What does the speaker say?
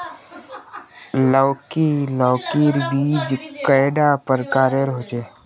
लौकी लौकीर बीज कैडा प्रकारेर होचे?